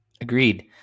Agreed